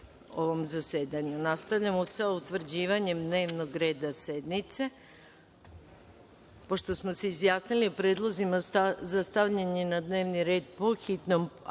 ovom zasedanju. Nastavljamo sa utvrđivanjem dnevnog reda sednice. Pošto smo se izjasnili o predlozima za stavljanje na dnevni red akata po hitnom